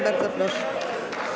Bardzo proszę.